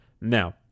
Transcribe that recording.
Now